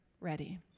ready